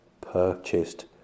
purchased